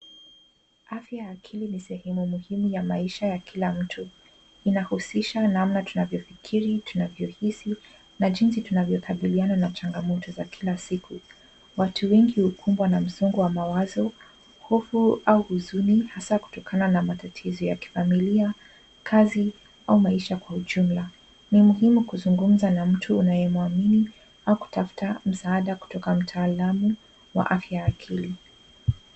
Afya ya akili ni sehemu muhimu ya maisha ya kila mtu. Inahusisha namna tunavyofikiri, tunavyohisi na jinsi tunavyotabiriana na changamoto za kila siku. Watu wengi hukumbwa na msongo wa mawazo huku au huzuni hasa kutokana na matatizo ya kifamilia, kazi au maisha kwa ujumla. Ni muhimu kuzungumza na mtu unayemwamini au kutafuta msaada kutoka mtaalamu wa afya ya akili.